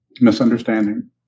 Misunderstanding